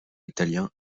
italien